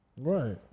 Right